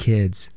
Kids